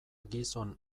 gizon